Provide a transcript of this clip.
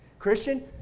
Christian